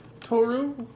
Toru